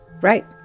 Right